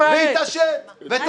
והתעשת.